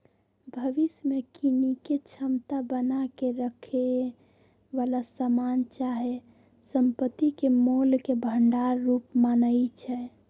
भविष्य में कीनेके क्षमता बना क रखेए बला समान चाहे संपत्ति के मोल के भंडार रूप मानइ छै